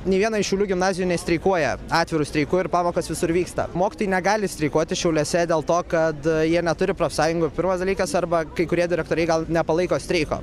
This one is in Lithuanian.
nei viena iš šiaulių gimnazijų nestreikuoja atviru streiku ir pamokos visur vyksta mokytojai negali streikuoti šiauliuose dėl to kad jie neturi profsąjungų pirmas dalykas arba kai kurie direktoriai gal nepalaiko streiko